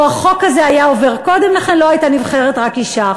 לו החוק הזה היה עובר קודם לכן לא הייתה נבחרת רק אישה אחת.